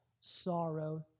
sorrow